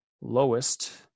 lowest